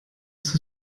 ist